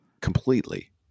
completely